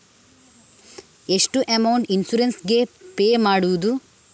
ಎಷ್ಟು amount insurance ಗೇ pay ಮಾಡುವುದು?